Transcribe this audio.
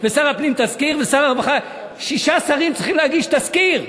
ושר הדתות צריך להגיש תזכיר,